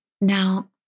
Now